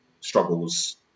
struggles